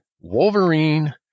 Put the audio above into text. wolverine